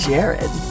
Jared